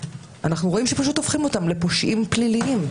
אנחנו רואים שפשוט הופכים לפושעים פליליים.